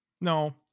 No